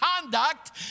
conduct